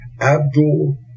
Abdul